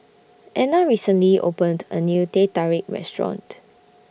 Anna recently opened A New Teh Tarik Restaurant